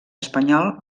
espanyol